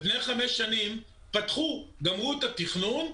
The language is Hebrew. לפני חמש שנים פתחו, גמרו את התכנון,